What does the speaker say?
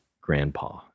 Grandpa